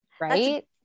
Right